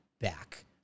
back